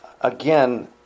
again